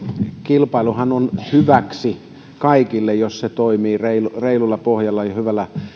kilpailuhan on hyväksi kaikille jos se toimii reilulla pohjalla ja hyvällä